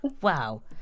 Wow